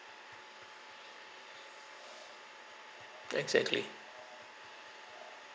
exactly